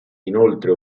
inoltre